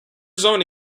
zone